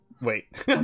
Wait